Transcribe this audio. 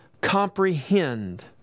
Comprehend